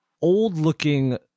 old-looking